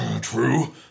True